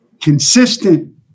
consistent